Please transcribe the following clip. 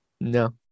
No